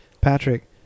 Patrick